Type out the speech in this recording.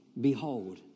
Behold